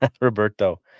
roberto